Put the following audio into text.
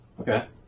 okay